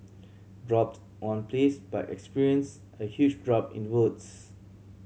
dropped on place but experienced a huge drop in votes